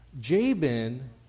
Jabin